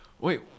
Wait